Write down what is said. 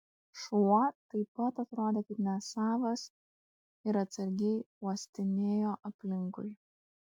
šuo taip pat atrodė kaip nesavas ir atsargiai uostinėjo aplinkui